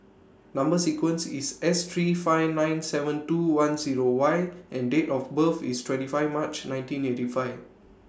Number sequence IS S three five nine seven two one Zero Y and Date of birth IS twenty five March nineteen eighty five